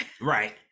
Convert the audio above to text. Right